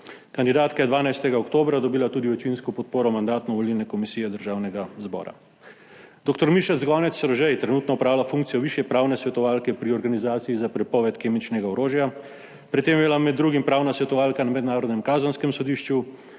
Kandidatka je 12. oktobra dobila tudi večinsko podporo Mandatno-volilne komisije Državnega zbora. Dr. Miša Zgonec - Rožej trenutno opravlja funkcijo višje pravne svetovalke pri Organizaciji za prepoved kemičnega orožja. Pred tem je bila med drugim pravna svetovalka na mednarodnem kazenskem sodišču,